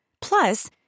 Plus